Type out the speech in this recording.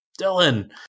Dylan